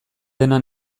dena